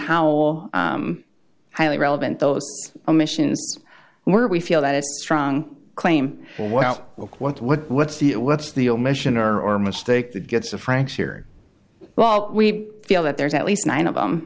how highly relevant those omissions were we feel that a strong claim well what what what's the what's the omission or or mistake that gets to frank's here well we feel that there's at least nine of